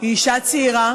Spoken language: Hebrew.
היא אישה צעירה